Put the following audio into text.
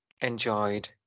enjoyed